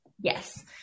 Yes